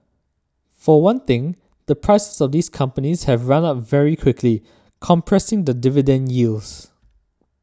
for one thing the prices of these companies have run up very quickly compressing the dividend yields